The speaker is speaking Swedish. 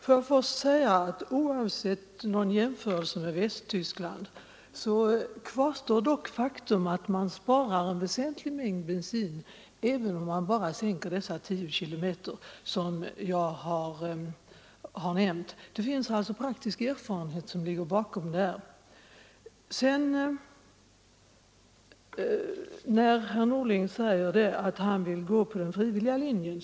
Fru talman! Oavsett jämförelsen med Västtyskland kvarstår det faktum att man sparar en väsentlig mängd bensin även om hastigheten bara sänks med 10 km/tim. som jag har nämnt. Det finns praktisk erfarenhet som visar detta. Herr Norling säger att han föredrar den frivilliga linjen.